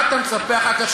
מה אתה מצפה אחר כך,